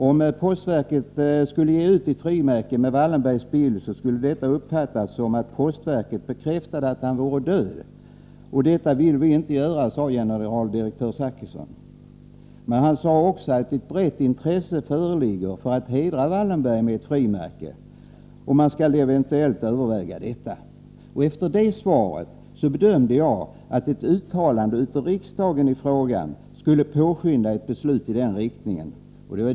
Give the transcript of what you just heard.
Om postverket skulle ge ut ett frimärke med Wallenbergs bild, skulle detta uppfattas som att vi bekräftade att han vore död, och detta vill vi inte göra, sade generaldirektör Zachrisson. Men han sade också att ett brett intresse föreligger för att hedra Wallenberg med ett frimärke och att man eventuellt skulle överväga detta. Efter det svaret bedömde jag saken så, att ett uttalande av riksdagen i frågan skulle påskynda ett beslut i den riktningen.